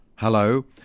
Hello